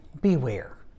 beware